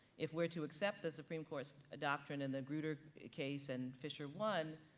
if we're to accept the supreme court's ah doctrine in the grutter case and fisher one,